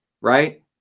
right